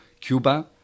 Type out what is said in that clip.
Cuba